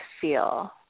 feel